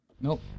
Nope